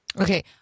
Okay